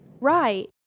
Right